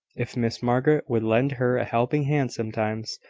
if miss margaret would lend her a helping hand sometimes,